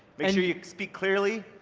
make sure you speak clearly,